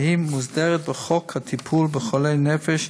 והיא מוסדרת בחוק הטיפול בחולי הנפש,